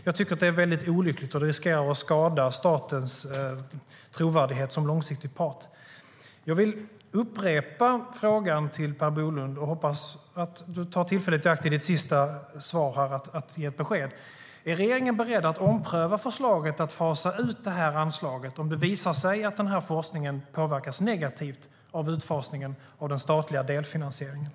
Jag tycker att det är mycket olyckligt, och det riskerar att skada statens trovärdighet som långsiktig part.